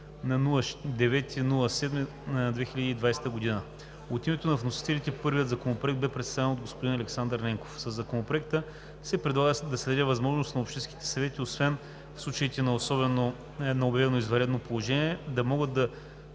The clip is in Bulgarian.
на 9 юли 2020 г. От името на вносителите първият законопроект бе представен от господин Александър Ненков. Със Законопроекта се предлага да се даде възможност на общинските съвети освен в случаите на обявено извънредно положение да могат да